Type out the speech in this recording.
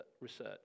research